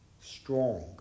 strong